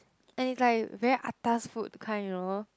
and it's like very atas food kind you know